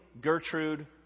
Gertrude